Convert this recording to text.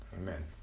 Amen